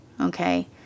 Okay